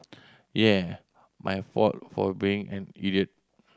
yeah my fault for being an idiot